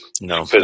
No